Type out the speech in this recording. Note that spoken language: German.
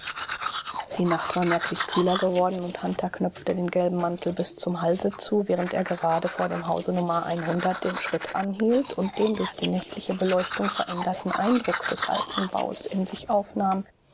die nacht war merklich kühler geworden und hunter knöpfte den gelben mantel bis zum halse zu während er gerade vor dem hause nr den schritt anhielt und den durch die nächtliche beleuchtung veränderten eindruck des alten baus in sich aufnahm